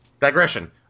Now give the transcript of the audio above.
Digression